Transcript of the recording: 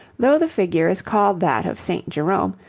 though the figure is called that of st. jerome,